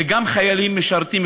וגם חיילים משרתים,